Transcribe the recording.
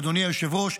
אדוני היושב-ראש,